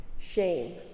shame